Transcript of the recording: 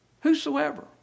whosoever